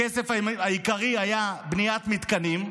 הכסף העיקרי היה לבניית מתקנים,